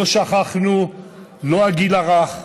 לא שכחנו את הגיל הרך,